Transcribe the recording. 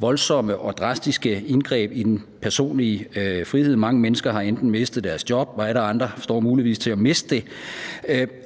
voldsomme og drastiske indgreb i den personlige frihed – mange mennesker har mistet deres job, og atter andre står muligvis til at miste det –